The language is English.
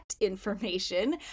information